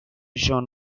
jean